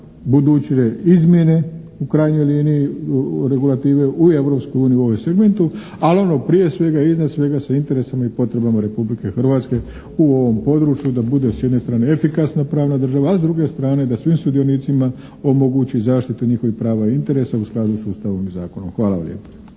buduće izmjene u krajnjoj liniji, regulative u, Europske unije u ovome segmentu, ali ono prije svega i iznad svega sa interesima i potrebama Republike Hrvatske u ovom području da bude s jedne strane efikasna pravna država, a s druge strane da svim sudionicima omogući zaštitu njihovih prava i interesa u skladu s Ustavom i zakonom. Hvala lijepa.